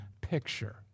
picture